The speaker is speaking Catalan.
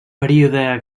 període